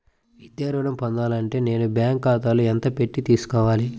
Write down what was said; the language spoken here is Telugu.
విద్యా ఋణం పొందాలి అంటే నేను బ్యాంకు ఖాతాలో ఎంత పెట్టి తీసుకోవాలి?